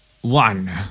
One